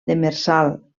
demersal